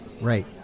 Right